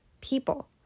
people